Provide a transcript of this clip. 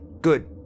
Good